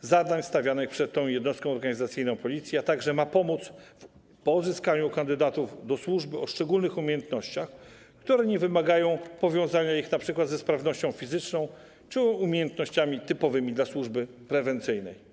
zadań stawianych przed tą jednostką organizacyjną Policji, a także ma pomóc w pozyskaniu kandydatów do służby o szczególnych umiejętnościach, które nie wymagają powiązania ich np. ze sprawnością fizyczną czy umiejętnościami typowymi dla służby prewencyjnej.